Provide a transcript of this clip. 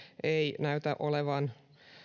ei näytä olevan